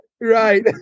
right